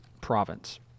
province